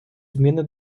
зміни